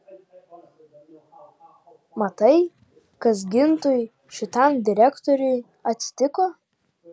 matai kas gintui šitam direktoriui atsitiko